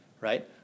right